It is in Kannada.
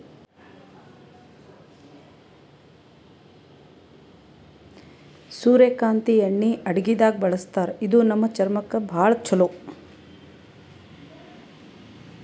ಸೂರ್ಯಕಾಂತಿ ಎಣ್ಣಿ ಅಡಗಿದಾಗ್ ಬಳಸ್ತಾರ ಇದು ನಮ್ ಚರ್ಮಕ್ಕ್ ಭಾಳ್ ಛಲೋ